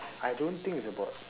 I don't think it's about